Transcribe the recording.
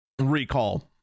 recall